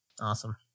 Awesome